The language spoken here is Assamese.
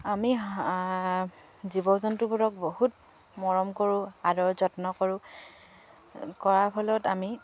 আমি জীৱ জন্তুবোৰক বহুত মৰম কৰোঁ আদৰ যত্ন কৰোঁ কৰাৰ ফলত আমি